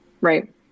right